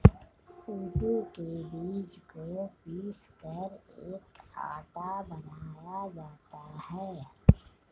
कूटू के बीज को पीसकर एक आटा बनाया जाता है